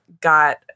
got